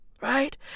right